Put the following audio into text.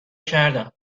کردم